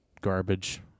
garbage